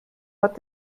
hat